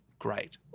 Great